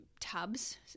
tubs